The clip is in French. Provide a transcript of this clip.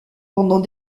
pendant